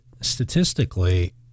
statistically